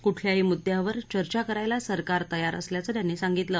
कुठल्याही मुद्दयावर चर्चा करायला सरकार तयार असल्याचं त्यांनी सांगितलं